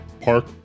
park